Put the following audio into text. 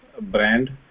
brand